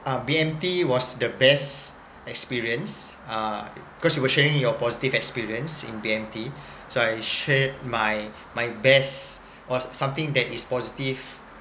uh B_M_T was the best experience uh because you were saying your positive experience in B_M_T so I share my my best was something that is positive